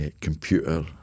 computer